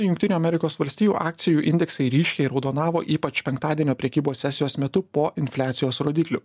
jungtinių amerikos valstijų akcijų indeksai ryškiai raudonavo ypač penktadienio prekybos sesijos metu po infliacijos rodiklių